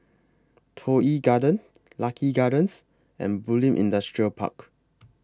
Toh Yi Garden Lucky Gardens and Bulim Industrial Park